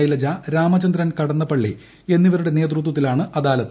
ശൈലജ രാമചന്ദ്രൻ കടന്നപള്ളി എന്നിവരുടെ നേതൃത്വത്തിലാണ് അദാലത്ത്